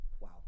wow